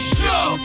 show